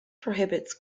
prohibits